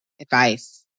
advice